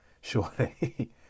surely